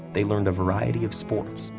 they learned a variety of sports,